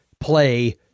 play